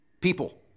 people